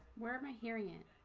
where am i hearing it,